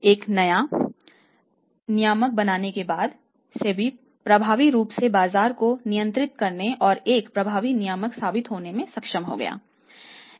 एक नया नियामक बनने के बाद सेबी प्रभावी रूप से बाजार को नियंत्रित करने और एक प्रभावी नियामक साबित होने में सक्षम हो गया है